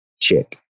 chick